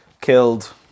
killed